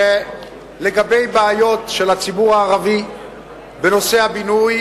לגבי בעיות של הציבור הערבי בנושא הבינוי.